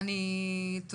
לילך, תודה.